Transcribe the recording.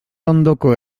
ondoko